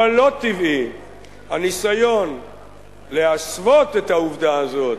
אבל לא טבעי הניסיון להסוות את העובדה הזאת,